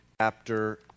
chapter